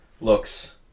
looks